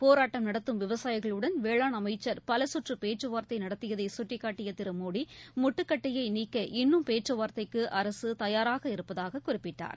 போராட்டம் நடத்தும் விவசாயிகளுடன் வேளாண் அமைச்சர் பலசுற்று பேச்சுவார்த்தை நடத்தியதை சுட்டிக்காட்டிய திரு மோடி முட்டுக்கட்டையை நீக்க இன்னும் பேச்சுவார்த்தைக்கு அரசு தயாராக இருப்பதாக குறிப்பிட்டார்